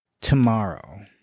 tomorrow